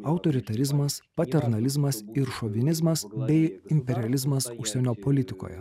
autoritarizmas paternalizmas ir šovinizmas bei imperializmas užsienio politikoje